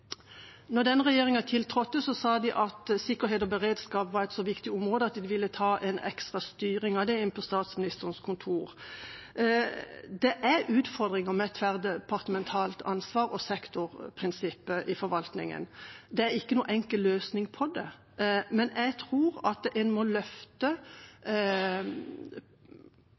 regjeringa tiltrådte, sa de at sikkerhet og beredskap var et så viktig område at de ville ta en ekstra styring av det inne på statsministerens kontor. Det er utfordringer med tverrdepartementalt ansvar og sektorprinsippet i forvaltningen. Det er ikke noen enkel løsning på det, men jeg tror at en må løfte